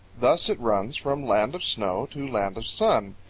thus it runs from land of snow to land of sun.